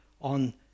on